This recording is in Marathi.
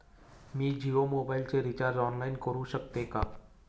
मी जियो मोबाइलचे रिचार्ज ऑनलाइन करू शकते का?